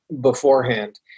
beforehand